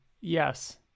Yes